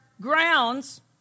grounds